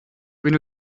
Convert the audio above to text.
wenn